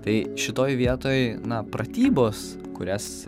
tai šitoj vietoj na pratybos kurias